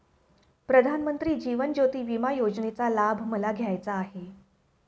प्रधानमंत्री जीवन ज्योती विमा योजनेचा लाभ मला घ्यायचा आहे